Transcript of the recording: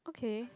okay